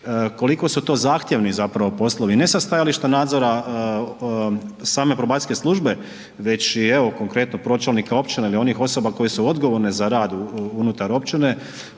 koliko su to zahtjevni zapravo ne sa stajališta nadzora same probacijske službe već i evo konkretno pronačelnika općine ili onih osoba koje su odgovorne za rad unutar općine